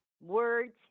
Words